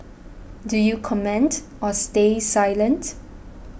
do you comment or stay silent